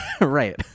Right